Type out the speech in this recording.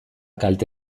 kalte